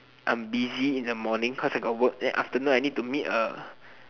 I'm busy in the morning cause I got work then afternoon I need to meet a